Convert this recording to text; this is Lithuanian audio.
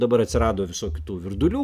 dabar atsirado visokių tų virdulių